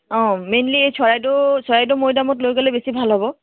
অঁ মেইনলি এই চৰাইদেউ চৰাইদেউ মৈদামত লৈ গ'লে বেছি ভাল হ'ব